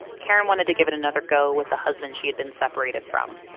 karen wanted to give it another go with the husband she had been separated from.